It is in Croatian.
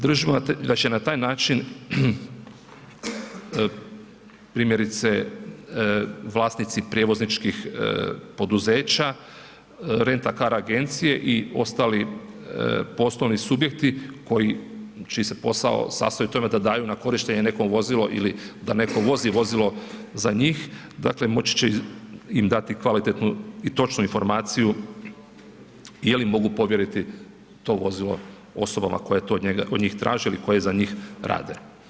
Držimo da će na taj način, primjerice, vlasnici prijevozničkih poduzeća, rent-a-car agencije i ostali poslovni subjekti koji, čiji se posao sastoji u tome da daju na korištenje neko vozilo ili da netko vozi vozilo za njih, dakle, moći će im dati kvalitetnu i točnu informaciju je li mogu povjeriti to vozilo osobama koje to kod njih traže ili koji za njih rade.